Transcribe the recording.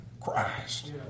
Christ